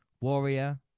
Warrior